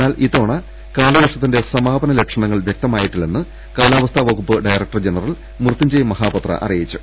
എന്നാൽ ഇത്തവണ കാലവർഷത്തിന്റെ സമാ പന ലക്ഷണങ്ങൾ വ്യക്തമായിട്ടില്ലെന്ന് കാലവസ്ഥാ വകുപ്പ് ഡയറക്ടർ ജനറൽ മൃത്യുഞ്ജയ് മഹാപത്ര അറി യിച്ചു